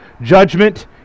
judgment